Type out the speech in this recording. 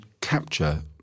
capture